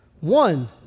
One